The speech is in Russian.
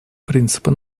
принципа